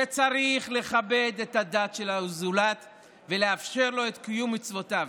שצריך לכבד את הדת של הזולת ולאפשר לו את קיום מצוותיו,